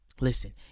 Listen